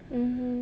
mmhmm